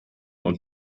und